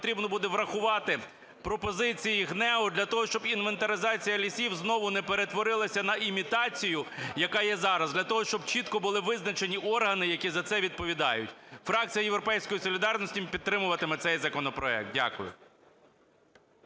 потрібно буде врахувати пропозиції ГНЕУ для того, щоб інвентаризація лісів знову не перетворилася на імітацію, яка є зараз, для того, щоб чітко були визначені органи, які за це відповідають. Фракція "Європейської солідарності" підтримуватиме цей законопроект. Дякую.